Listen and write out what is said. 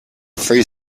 free